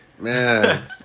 Man